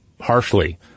harshly